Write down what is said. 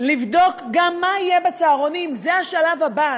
לבדוק גם מה יהיה בצהרונים, זה השלב הבא.